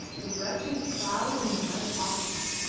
the wretches prowl in the night often,